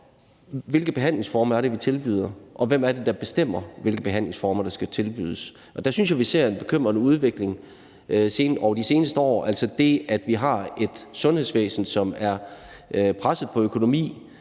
hvilke behandlingsformer vi tilbyder, og hvem der bestemmer, hvilke behandlingsformer der skal tilbydes. Der synes jeg vi har set en bekymrende udvikling over de seneste år, altså det, at vi har et sundhedsvæsen, der er presset på økonomi,